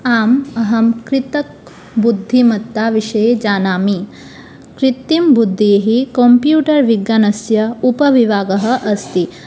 आम् अहं कृतकबुद्धिमत्ताविषये जानामि कृत्रिमबुद्धेः कम्प्यूटर् विज्ञानस्य उपविभागः अस्ति